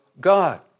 God